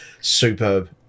superb